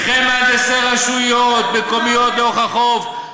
וכן מהנדסי רשויות מקומיות לאורך החוף.